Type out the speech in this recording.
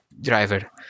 driver